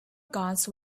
guns